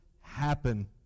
happen